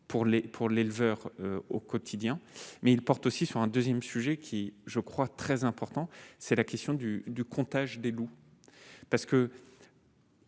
pour l'éleveur au quotidien mais il porte aussi sur un 2ème, sujet qui je crois très important, c'est la question du du comptage des loups parce que.